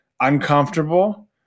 uncomfortable